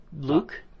Luke